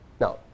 Now